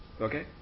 Okay